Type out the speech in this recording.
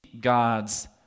God's